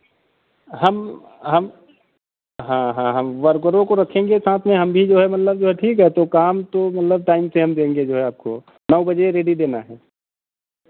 हम हम हाँ हाँ हम वर्करों को रखेंगे साथ में हम भी जो है मतलब जो ठीक है तो काम तो मतलब टाइम से देंगे जो है आपको नौ बजे रेडी देना है